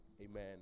Amen